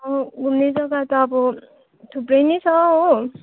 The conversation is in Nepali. घुम्ने जग्गा त अब थुप्रै नै छ हो